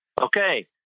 okay